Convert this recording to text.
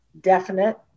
definite